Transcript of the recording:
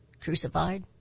crucified